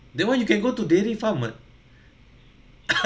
that one you can go to dairy farm [what]